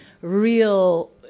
real